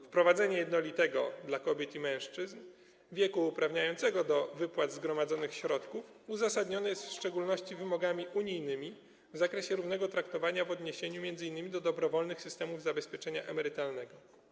Wprowadzenie jednolitego dla kobiet i mężczyzn wieku uprawniającego do wypłat zgromadzonych środków uzasadnione jest w szczególności wymogami unijnymi w zakresie równego traktowania w odniesieniu m.in. do dobrowolnych systemów zabezpieczenia emerytalnego.